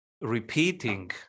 repeating